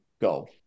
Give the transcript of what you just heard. go